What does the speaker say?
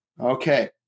Okay